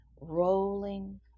rolling